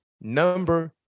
number